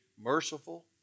merciful